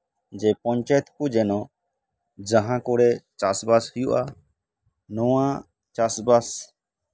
ᱯᱚᱧᱪᱟᱭᱮᱛ ᱠᱚ ᱡᱮᱱᱚ ᱡᱟᱦᱟᱸ ᱠᱚᱨᱮᱜ ᱪᱟᱥᱼᱵᱟᱥ ᱠᱚ ᱦᱩᱭᱩᱜᱼᱟ ᱱᱚᱶᱟ ᱪᱟᱥᱵᱟᱥ